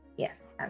Yes